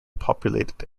populated